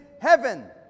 heaven